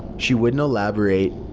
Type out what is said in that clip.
she wouldn't elaborate,